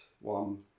one